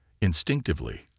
Instinctively